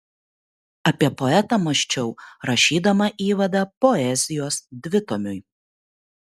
apie poetą mąsčiau rašydama įvadą poezijos dvitomiui